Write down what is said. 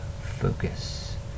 focus